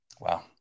Wow